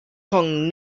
kong